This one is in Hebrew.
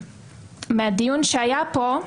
בדיון שהיה כאן,